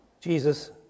Jesus